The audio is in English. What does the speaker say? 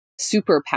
superpower